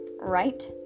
right